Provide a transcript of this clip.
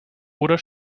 oder